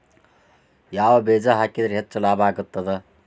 ಯಾವ ಬೇಜ ಹಾಕಿದ್ರ ಹೆಚ್ಚ ಲಾಭ ಆಗುತ್ತದೆ?